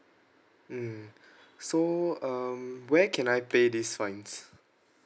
mm so um where can I pay this fines